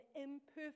imperfect